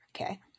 okay